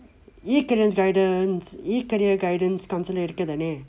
e-career guidance e-career guidance counsellor இருக்கு தானே:irukku thane